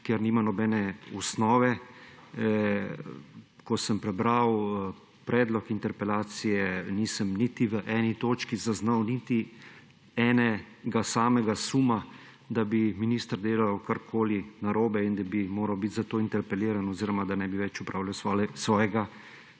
ker nima nobene osnove. Ko sem prebral predlog interpelacije, nisem niti v eni točki zaznal enega samega suma, da bi minister delal karkoli narobe in da bi moral biti zato interpeliran oziroma da ne bi več opravljal svojega